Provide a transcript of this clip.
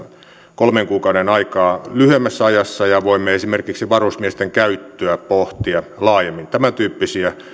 kolmen kuukauden aikaa lyhyemmässä ajassa ja voimme esimerkiksi varusmiesten käyttöä pohtia laajemmin tämäntyyppisiä